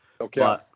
okay